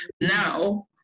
now